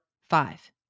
five